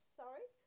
sorry